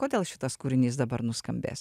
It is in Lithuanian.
kodėl šitas kūrinys dabar nuskambės